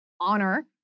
honor